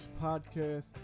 podcast